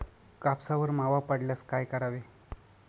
कापसावर मावा पडल्यास काय करावे?